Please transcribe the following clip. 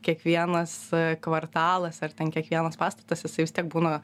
kiekvienas kvartalas ar ten kiekvienas pastatas jis vis tiek būna